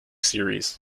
series